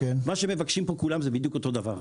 מה שמבקשים פה כולם זה בדיוק אותו דבר.